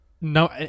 no